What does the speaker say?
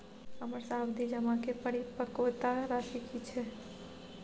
हमर सावधि जमा के परिपक्वता राशि की छै?